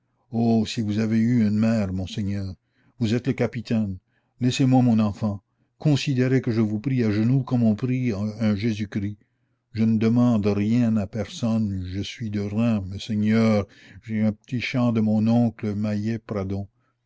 oh si vous avez eu une mère monseigneur vous êtes le capitaine laissez-moi mon enfant considérez que je vous prie à genoux comme on prie un jésus-christ je ne demande rien à personne je suis de reims messeigneurs j'ai un petit champ de mon oncle mahiet pradon